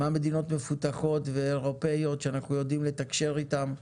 מה מדינות מפותחות ואירופאיות שאנחנו יודעים לתקשר איתם,